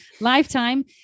lifetime